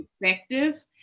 perspective